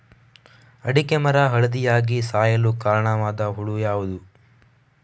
ಅಡಿಕೆ ಮರ ಹಳದಿಯಾಗಿ ಸಾಯಲು ಕಾರಣವಾದ ಹುಳು ಯಾವುದು?